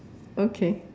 okay